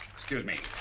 excuse me.